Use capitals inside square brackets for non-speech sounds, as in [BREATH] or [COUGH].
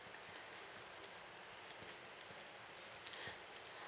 [BREATH]